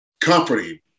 comforting